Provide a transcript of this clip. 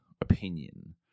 opinion